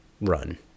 run